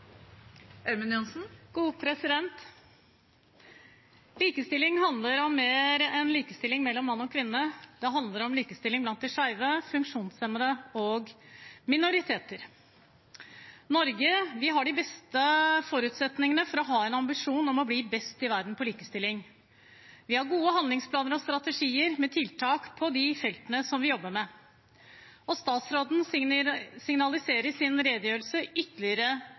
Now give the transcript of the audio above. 3 minutter. Likestilling handler om mer enn likestilling mellom mann og kvinne, likestilling handler om de skeive, funksjonshemmede og minoriteter. Norge har de beste forutsetningene for å ha en ambisjon om å bli best i verden på likestilling. Vi har gode handlingsplaner og strategier med tiltak på de feltene, som vi jobber med. Statsråden signaliserer i sin redegjørelse ytterligere